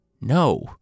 No